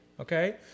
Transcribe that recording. Okay